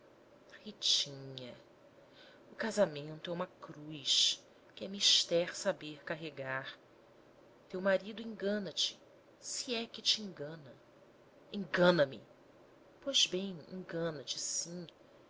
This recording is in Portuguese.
falou ritinha o casamento é uma cruz que é mister saber carregar teu marido engana te se é que te engana engana me pois bem engana te sim